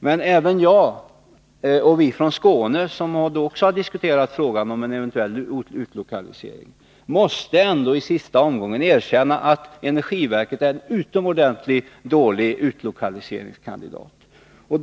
Men även jag och vi från Skåne, som också har diskuterat frågan om en eventuell utlokalisering, måste i sista omgången erkänna att energiverket är ett utomordentligt dåligt alternativ för utlokalisering.